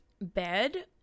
Bed